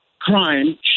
crime